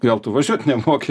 gal tu važiuot nemoki